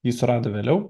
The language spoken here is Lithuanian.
jį surado vėliau